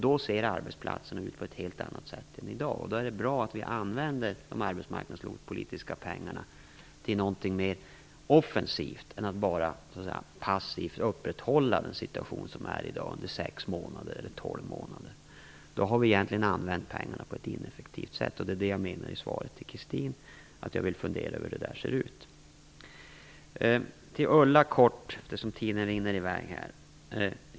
Då ser arbetsplatserna ut på ett helt annat sätt än i dag, och då är det bra att vi använder de arbetsmarknadspolitiska pengarna till någonting mer offensivt än att passivt upprätthålla den situation som råder i dag under sex eller tolv månader. I så fall använder vi egentligen pengarna på ett ineffektivt sätt. Det är det jag menar i svaret till Christin Nilsson - jag vill fundera över hur det där ser ut. Till Ulla Hoffmann vill jag kortfattat - tiden rinner i väg - säga följande.